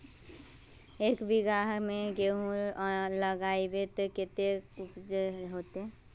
एक बिगहा में गेहूम लगाइबे ते कते उपज होते?